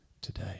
today